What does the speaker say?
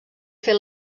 fer